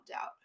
out